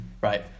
Right